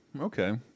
okay